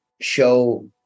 show